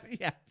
yes